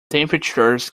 temperatures